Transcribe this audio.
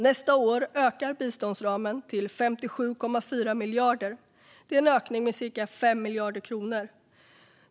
Nästa år ökar biståndsramen till 57,4 miljarder. Det är en ökning med cirka 5 miljarder kronor.